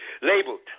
labeled